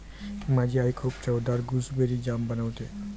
माझी आई खूप चवदार गुसबेरी जाम बनवते